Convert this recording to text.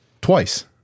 twice